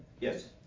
Yes